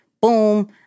boom